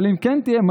אבל אם כן תהיה,